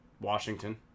Washington